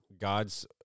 God's